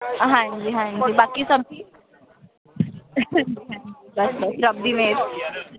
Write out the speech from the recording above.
ਹਾਂਜੀ ਹਾਂਜੀ ਬਾਕੀ ਸਭ ਬਸ ਬਸ ਰੱਬ ਦੀ ਮਿਹਰ